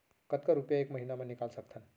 कतका रुपिया एक महीना म निकाल सकथन?